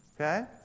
Okay